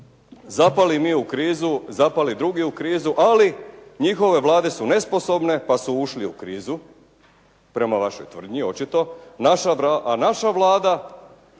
zapali mi u krizu, zapali drugi u krizu, ali njihove Vlade su nesposobne pa su ušli u krizu prema vašoj tvrdnji očito, a naša Vlada